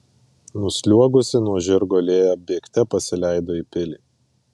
nusliuogusi nuo žirgo lėja bėgte pasileido į pilį